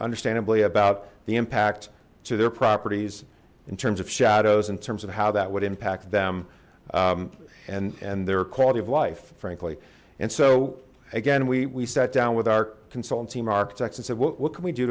understandably about the impact to their properties in terms of shadows in terms of how that would impact them and their quality of life frankly and so again we sat down with our consultant seem architects and said well what can we do